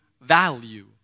value